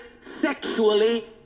sexually